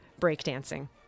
breakdancing